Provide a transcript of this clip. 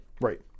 right